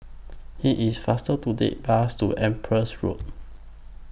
IT IS faster to Take Bus to Empress Road